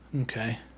Okay